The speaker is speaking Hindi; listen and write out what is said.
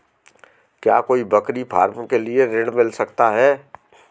क्या कोई बकरी फार्म के लिए ऋण मिल सकता है?